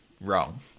wrong